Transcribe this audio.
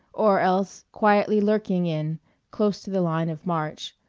or else quietly lurking in close to the line of march,